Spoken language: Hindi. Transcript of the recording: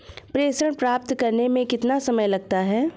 प्रेषण प्राप्त करने में कितना समय लगता है?